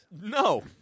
No